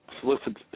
solicit